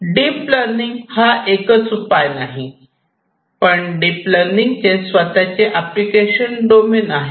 deep learning हा एकच उपाय नाही पण डीप लर्निंग चे स्वतःचे अप्लिकेशन डोमेन आहेत